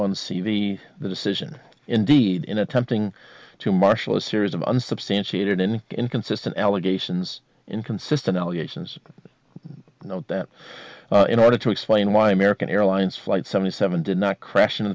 one c v the decision indeed in attempting to marshal a series of unsubstantiated and inconsistent allegations inconsistent allegations note that in order to explain why american airlines flight seventy seven did not crash into